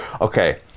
Okay